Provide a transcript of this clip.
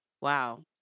wow